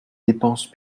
dépenses